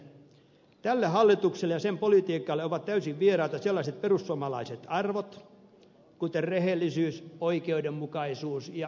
tälle hallitukselle ja sen politiikalle ovat täysin vieraita sellaiset perussuomalaiset arvot kuin rehellisyys oikeudenmukaisuus ja inhimillisyys